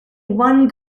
one